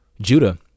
Judah